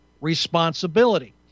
responsibility